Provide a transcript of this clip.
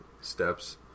steps